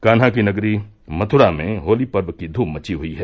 कान्हा की नगरी मथुरा में होली पर्व की धूम मची हुई है